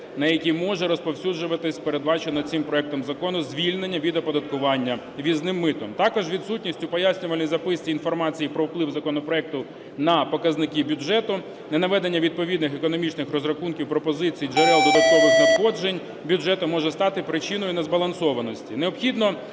на які може розповсюджуватись передбачено цих проектом закону звільнення від оподаткування ввізним митом. Також відсутність у пояснювальній записці інформації про вплив законопроекту на показники бюджету, ненаведення відповідних економічних розрахунків, пропозицій джерел додаткових надходжень бюджету може стати причиною незбалансованості.